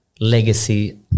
legacy